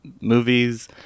movies